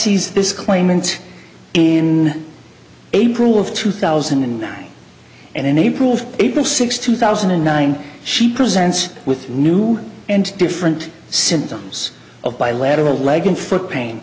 this claimant in april of two thousand and nine and in april april sixth two thousand and nine she presents with new and different symptoms of bi lateral leg and foot pain